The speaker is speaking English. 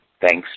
thanks